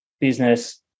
business